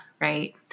right